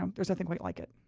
um there's nothing quite like it